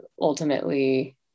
ultimately